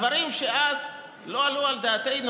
הדברים שאז לא עלו על דעתנו,